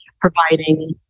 providing